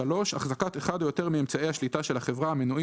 החזקת אחד או יותר מאמצעי השליטה של החברה המנויים